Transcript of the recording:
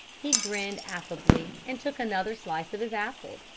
he grinned affably, and took another slice of his apple.